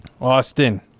Austin